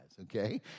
okay